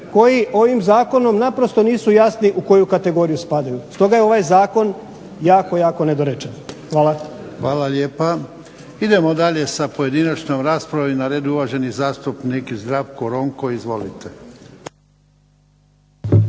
koje ovim zakonom naprosto nisu jasni u koju kategoriju spadaju. Stoga je ovaj zakon jako, jako nedorečen. Hvala. **Jarnjak, Ivan (HDZ)** Hvala lijepa. Idemo dalje sa pojedinačnom raspravom na redu je uvaženi zastupnik Zdravko Ronko. Izvolite.